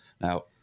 Now